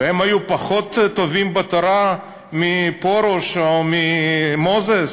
הם היו פחות טובים בתורה מפרוש או ממוזס?